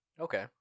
Okay